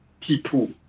people